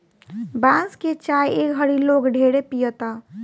बांस के चाय ए घड़ी लोग ढेरे पियता